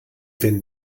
wenn